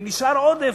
אם נשאר עודף,